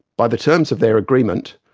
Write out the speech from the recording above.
by the terms of their agreement,